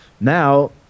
Now